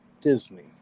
Disney